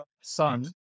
son